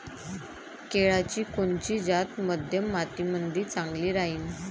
केळाची कोनची जात मध्यम मातीमंदी चांगली राहिन?